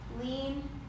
lean